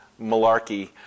malarkey